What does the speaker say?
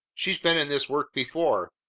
she's been in this work before,